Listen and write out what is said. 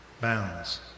bounds